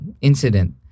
incident